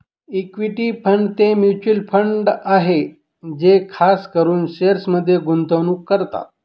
equity fund ते mutual fund आहे जे खास करून शेअर्समध्ये गुंतवणूक करतात